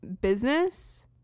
business